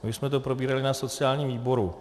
My už jsme to probírali na sociálním výboru.